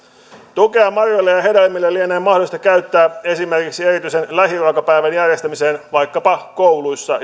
tukea marjoille ja hedelmille lienee mahdollista käyttää esimerkiksi erityisen lähiruokapäivän järjestämiseen vaikkapa kouluissa